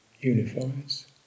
unifies